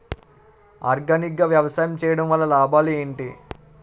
Organic గా వ్యవసాయం చేయడం వల్ల లాభాలు ఏంటి?